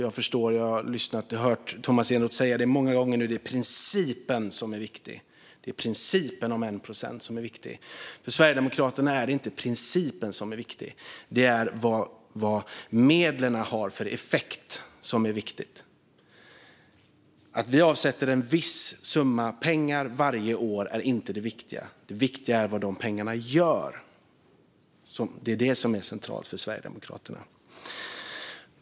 Jag har många gånger hört Tomas Eneroth säga att det är principen om 1 procent som är viktig. För Sverigedemokraterna är det inte principen som är viktig. Det är vad medlen har för effekt som är viktigt. Att vi avsätter en viss summa pengar varje år är inte det viktiga, utan det viktiga är vad de pengarna gör. Det är detta som är centralt för Sverigedemokraterna.